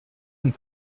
and